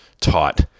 Taught